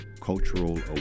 cultural